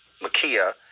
Makia